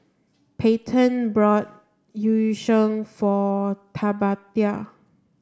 Payton bought Yu Sheng for Tabatha